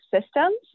systems